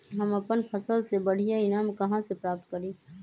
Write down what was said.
हम अपन फसल से बढ़िया ईनाम कहाँ से प्राप्त करी?